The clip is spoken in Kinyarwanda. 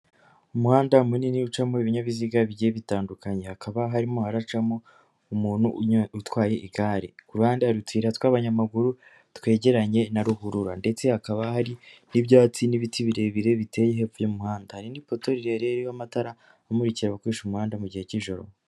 Umuhanda munini ucamo ibinyabiziga bigiye bitandukanye, hakaba harimo haracamo, umuntu utwaye igare, kuruhande, hari uduyira tw'abanyamaguru, twegeranye na ruhurura, ndetse hakaba hari n'ibyatsi, n'ibiti birebire, biteye hepfo y'umuhanda, hari nipoto rirerire rirho amatara amurikira abakoresha umuhanda gihe cy'ijoro.